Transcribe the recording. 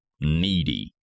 needy